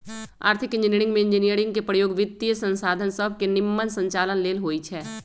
आर्थिक इंजीनियरिंग में इंजीनियरिंग के प्रयोग वित्तीयसंसाधन सभके के निम्मन संचालन लेल होइ छै